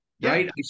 right